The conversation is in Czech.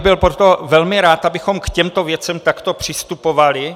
Byl bych proto velmi rád, abychom k těmto věcem takto přistupovali.